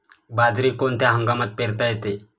बाजरी कोणत्या हंगामात पेरता येते?